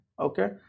Okay